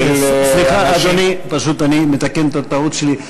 סליחה, אדוני, פשוט אני מתקן את הטעות שלי.